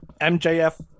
MJF